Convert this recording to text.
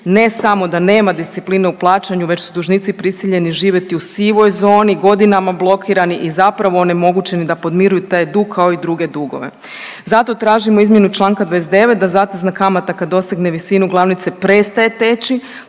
ne samo da nema discipline u plaćanju već su dužnici prisiljeni živjeti u svoj zoni godinama blokirani i zapravo onemogućeni da podmiruju taj dug kao i druge dugove. Zato tražimo izmjenu čl. 29. da zatezna kamata kad dosegne visinu glavnice prestaje teći